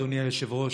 אדוני היושב-ראש,